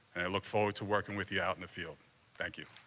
look forward to working with you out in the field thank you.